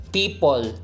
people